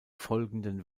folgenden